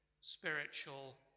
spiritual